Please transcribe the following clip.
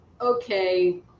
okay